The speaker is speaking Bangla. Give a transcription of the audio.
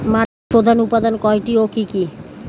মাটির প্রধান উপাদান কয়টি ও কি কি?